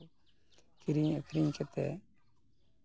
ᱟᱨ ᱱᱚᱣᱟ ᱠᱩ ᱠᱤᱨᱤᱧ ᱟᱹᱠᱷᱨᱤᱧ ᱠᱟᱛᱮ